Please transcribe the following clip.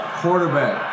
quarterback